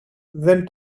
δεν